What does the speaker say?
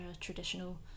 traditional